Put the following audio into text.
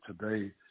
today